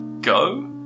go